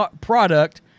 product